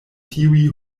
tiuj